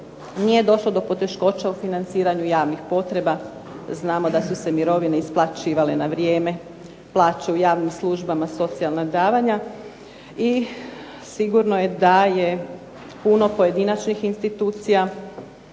Nije došlo do poteškoća u financiranju javnih potreba. Znamo da su se mirovine isplaćivale na vrijeme, plaće u javnim službama, socijalna davanja i sigurno je da je puno pojedinačnih industrija